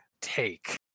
take